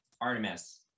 Artemis